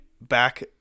back –